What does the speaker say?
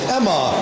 Emma